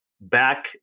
back